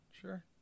Sure